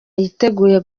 yiteguye